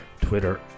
twitter